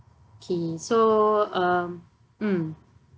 K so uh mm